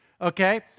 Okay